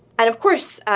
and of course,